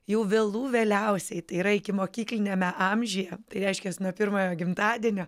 jau vėlų vėliausiai tai yra ikimokykliniame amžiuje tai reiškias nuo pirmojo gimtadienio